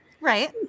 right